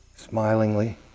smilingly